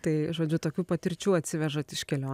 tai žodžiu tokių patirčių atsivežat iš kelio